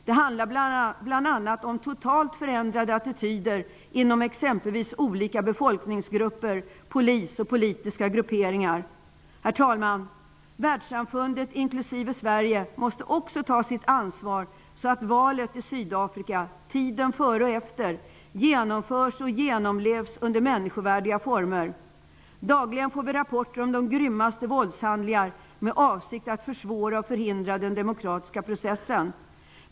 Det handlar bl.a. om totalt förändrade attityder inom exempelvis olika befolkningsgrupper, polis och politiska grupperingar. Herr talman! Världssamfundet, inklusive Sverige, måste också ta sitt ansvar så att valet i Sydafrika och tiden före och efter det genomförs och genomlevs under människovärdiga former. Dagligen får vi rapporter om de grymmaste våldshandlingar med avsikt att försvåra och förhindra den demokratiska processen.